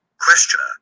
Questioner